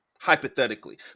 Hypothetically